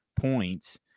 points